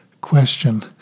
question